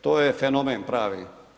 To je fenomen pravi.